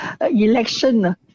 Election